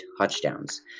touchdowns